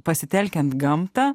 pasitelkiant gamtą